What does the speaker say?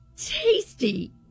Tasty